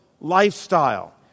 lifestyle